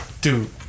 Dude